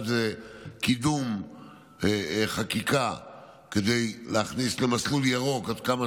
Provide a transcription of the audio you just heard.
אחד הוא קידום חקיקה כדי להכניס עד כמה